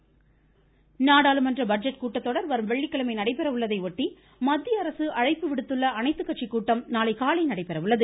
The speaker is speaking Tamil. பட்ஜெட் கூட்டத்தொடர் நாடாளுமன்ற பட்ஜெட் கூட்டத்தொடர் வரும் வெள்ளிக்கிழமை நடைபெறுவதை ஒட்டி மத்திய அரசு அழைப்பு விடுத்துக்ள அனைத்துக் கட்சி கூட்டம் நாளை காலை நடைபெறுகிறது